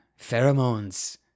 pheromones